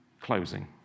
closing